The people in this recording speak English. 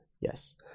yes